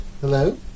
Hello